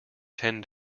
ten